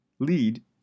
Lead